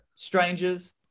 Strangers